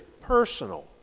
personal